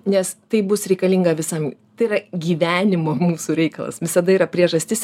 nes tai bus reikalinga visam tai yra gyvenimo mūsų reikalas visada yra priežastis